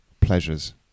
pleasures